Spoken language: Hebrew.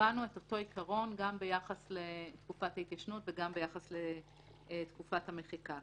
קבענו את אותו עיקרון גם ביחס לתקופת ההתיישנות וגם ביחס לתקופת המחיקה.